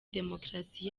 demokarasi